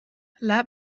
laat